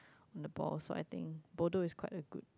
the ball so I think bodoh is quite a good